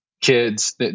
kids